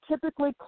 typically